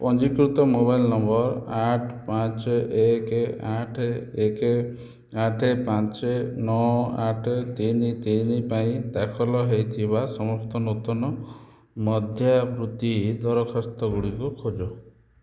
ପଞ୍ଜୀକୃତ mobile number ଆଠ ପାଞ୍ଚ ଏକ ଆଠ ଏକ ଆଠ ପାଞ୍ଚ ନଅ ଆଠ ତିନି ତିନି ପାଇଁ ଦାଖଲ ହୋଇଥିବା ସମସ୍ତ ନୂତନ ମଧ୍ୟାବୃତ୍ତି ଦରଖାସ୍ତ ଗୁଡ଼ିକୁ ଖୋଜ